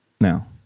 Now